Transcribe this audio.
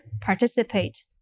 participate